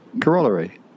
Corollary